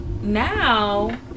now